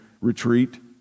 retreat